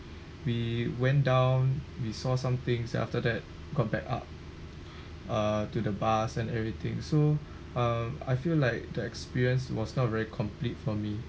we went down we saw something then after that got back up uh to the bus and everything so uh I feel like the experience was not very complete for me